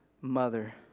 mother